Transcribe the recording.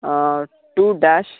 two dash